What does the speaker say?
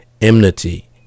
enmity